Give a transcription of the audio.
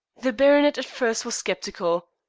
the baronet at first was sceptical.